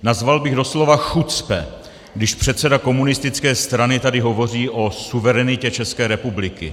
Nazval bych doslova chucpe, když předseda komunistické strany tady hovoří o suverenitě České republiky.